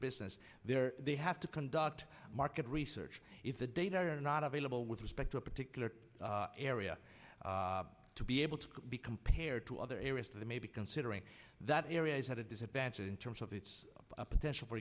business there they have to conduct market research if the data are not available with respect to a particular area to be able to be compared to other areas that may be considering that area is at a disadvantage in terms of its potential for